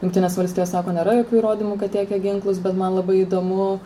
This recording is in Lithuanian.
jungtinės valstijos sako nėra jokių įrodymų kad tiekia ginklus bet man labai įdomu